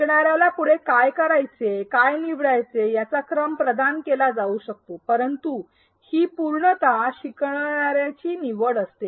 शिकणाऱ्याला पुढे काय करायचे काय निवडायचे याचा क्रम प्रदान केला जाऊ शकतो परंतु हि पूर्णतः शिकणाऱ्याची निवड असते